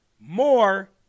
more